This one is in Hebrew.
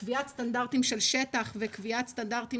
קביעת סטנדרטים של שטח וקביעת סטנדרטים